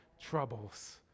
troubles